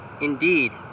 indeed